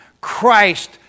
Christ